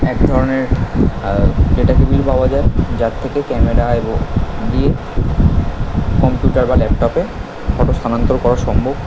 এক ধরনের data cable পাওয়া যায় যার থেকে ক্যামেরা এবং ছবি কম্পিউটার বা ল্যাপটপে ফটো স্থানান্তর করা সম্ভব